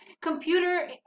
Computer